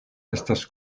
estas